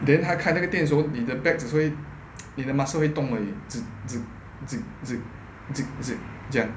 then 他开那个电的时候你的 back 会你的 muscle 会动 eh 这样